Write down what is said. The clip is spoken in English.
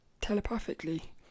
telepathically